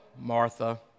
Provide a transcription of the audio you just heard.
Martha